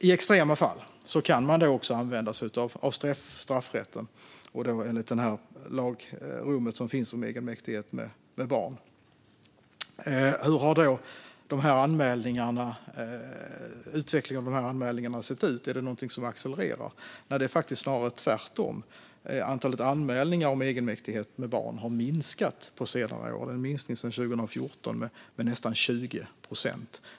I extrema fall kan man också använda sig av straffrätten och då enligt det lagrum som finns om egenmäktighet med barn. Hur har utvecklingen av dessa anmälningar sett ut? Är det någonting som har accelererat? Nej, det är faktiskt snarare tvärtom. Antalet anmälningar om egenmäktighet med barn har minskat på senare år. Sedan 2014 är det en minskning med nästan 20 procent.